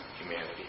humanity